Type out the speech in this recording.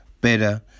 better